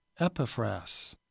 Epiphras